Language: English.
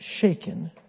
shaken